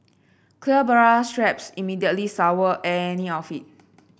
clear bra straps immediately sour any outfit